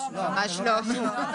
ממש לא.